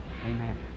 Amen